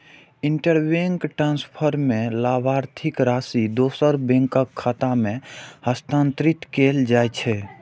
interbank transfer मे लाभार्थीक राशि दोसर बैंकक खाता मे हस्तांतरित कैल जाइ छै